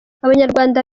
abanyarwanda